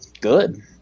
good